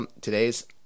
today's